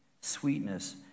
sweetness